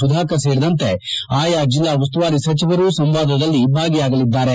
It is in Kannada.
ಸುಧಾಕರ್ ಸೇರಿದಂತೆ ಆಯಾ ಜಿಲ್ಲಾ ಉಸ್ತುವಾರಿ ಸಚೆವರು ಸಂವಾದದಲ್ಲಿ ಭಾಗಿಯಾಗಲಿದ್ದಾರೆ